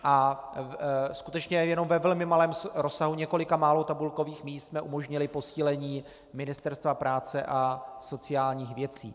A skutečně jenom ve velmi malém rozsahu několika málo tabulkových míst jsme umožnili posílení Ministerstva práce a sociálních věcí.